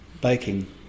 baking